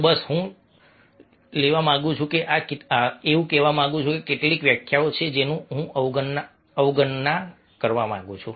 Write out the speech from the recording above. તો બસ હું લેવા માંગુ છું આ કેટલીક વ્યાખ્યાઓ છે જેને હું અવગણવા માંગુ છું